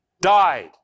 died